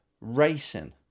racing